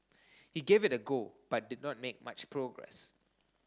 he gave it a go but did not make much progress